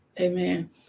amen